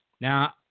Now